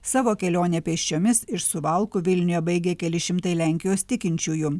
savo kelionę pėsčiomis iš suvalkų vilniuje baigė keli šimtai lenkijos tikinčiųjų